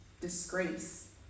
disgrace